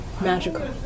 magical